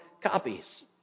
copies